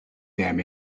damn